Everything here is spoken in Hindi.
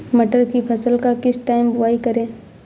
मटर की फसल का किस टाइम बुवाई करें?